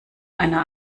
einer